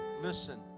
listen